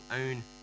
own